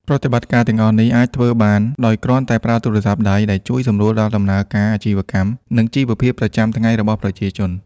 ប្រតិបត្តិការទាំងអស់នេះ អាចធ្វើបានដោយគ្រាន់តែប្រើទូរស័ព្ទដៃ ដែលជួយ សម្រួលដល់ដំណើរការអាជីវកម្ម និងជីវភាពប្រចាំថ្ងៃរបស់ប្រជាជន។